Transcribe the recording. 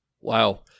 Wow